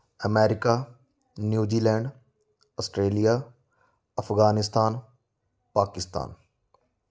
America New Zealand Australia Afghanistan Pakistan